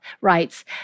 writes